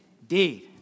indeed